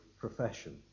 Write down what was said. profession